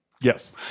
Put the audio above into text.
Yes